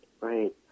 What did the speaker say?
Right